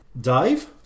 Dave